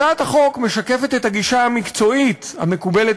הצעת החוק משקפת את הגישה המקצועית המקובלת